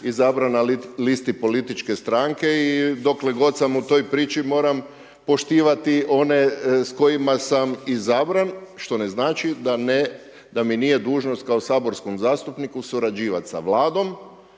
izabran na listi političke stranke i dokle god sam u toj priči moram poštivati one s kojima sam izabran što ne znači da mi nije dužnost kao saborskom zastupniku surađivati s Vladom